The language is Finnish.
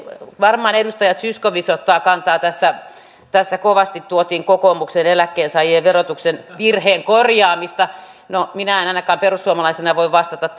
varmaan edustaja zyskowicz ottaa kantaa tässä tässä kovasti tuotiin kokoomuksen eläkkeensaajien verotuksen virheen korjaamista no minä en ainakaan perussuomalaisena voi vastata